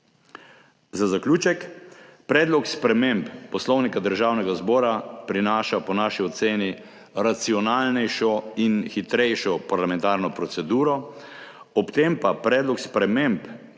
Za zaključek. Predlog sprememb Poslovnika Državnega zbora prinaša po naši oceni racionalnejšo in hitrejšo parlamentarno proceduro, ob tem pa predlog sprememb